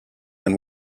and